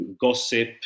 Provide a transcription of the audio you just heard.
gossip